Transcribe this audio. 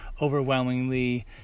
overwhelmingly